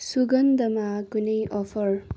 सुगन्धमा कुनै अफर